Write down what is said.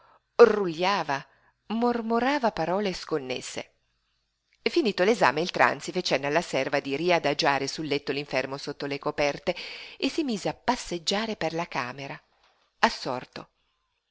gemeva rugliava mormorava parole sconnesse finito l'esame il tranzi fe cenno alla serva di riadagiare sul letto l'infermo sotto le coperte e si mise a passeggiare per la camera assorto